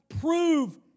prove